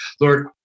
Lord